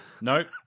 Nope